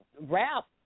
rap